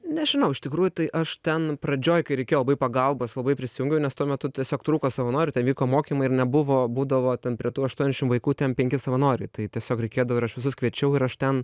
nežinau iš tikrųjų tai aš ten pradžioj kai reikėjo pagalbos labai prisijungiau nes tuo metu tiesiog trūko savanorių ten vyko mokymai ir nebuvo būdavo ten prie tų aštuoniašim vaikų ten penki savanoriai tai tiesiog reikėdavo ir aš visus kviečiau ir aš ten